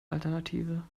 alternative